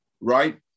right